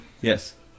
Yes